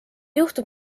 juhtub